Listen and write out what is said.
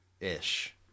Ish